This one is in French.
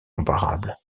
comparable